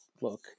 look